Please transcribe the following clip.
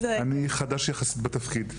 אני חדש יחסית בתפקיד.